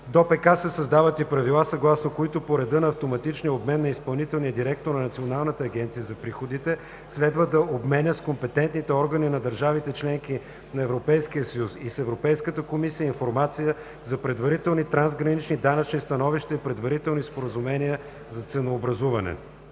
ДОПК се създават и правила, съгласно които по реда на автоматичния обмен изпълнителният директор на Националната агенция за приходите следва да обменя с компетентните органи на държавите-членки на Европейския съюз, и с Европейската комисия информация за предварителни трансгранични данъчни становища и предварителни споразумения за ценообразуване.